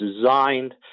designed